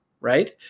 right